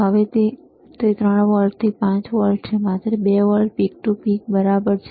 હવે તે 3 વોલ્ટથી 5 વોલ્ટ છે માત્ર 2 વોલ્ટ પીક ટુ પીક બરાબર છે